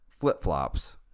flip-flops